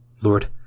Lord